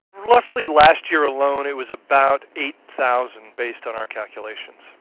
roughly last year alone it was about eight thousand based on our calculations.